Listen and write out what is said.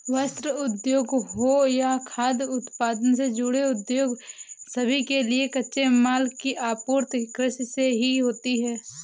वस्त्र उद्योग हो या खाद्य उत्पादन से जुड़े उद्योग सभी के लिए कच्चे माल की आपूर्ति कृषि से ही होती है